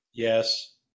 Yes